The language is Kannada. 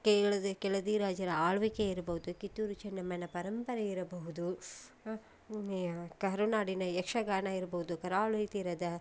ಕೇಳದೆ ಕೆಳದಿ ರಾಜರ ಆಳ್ವಿಕೆ ಇರ್ಬೋದು ಕಿತ್ತೂರು ಚೆನ್ನಮ್ಮನ ಪರಂಪರೆ ಇರಬಹುದು ಕರುನಾಡಿನ ಯಕ್ಷಗಾನ ಇರ್ಬೋದು ಕರಾವಳಿ ತೀರದ